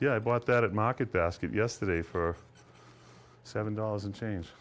yeah but that market basket yesterday for seven dollars and change